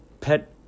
pet